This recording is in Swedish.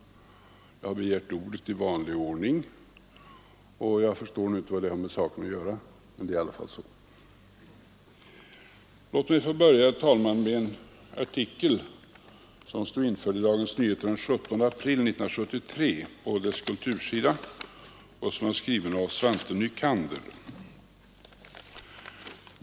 Jag har begärt ordet i vanlig ordning, och jag förstår inte vad det har med saken att göra. Låt mig, herr talman, få börja med att beröra en artikel som stod på Dagens Nyheters kultursida den 17 april 1973. Den är skriven av Svante Nycander.